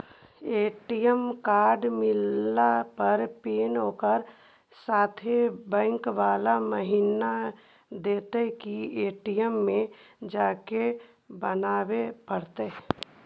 ATM card मिलला पर pin ओकरे साथे बैक बाला महिना देतै कि ए.टी.एम में जाके बना बे पड़तै?